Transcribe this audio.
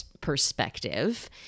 perspective